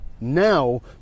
now